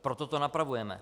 Proto to napravujeme.